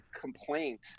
complaint